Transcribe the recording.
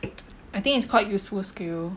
I think it's quite useful skill